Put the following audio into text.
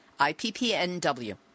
IPPNW